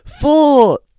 four